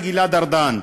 לגלעד ארדן,